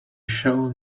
shall